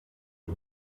the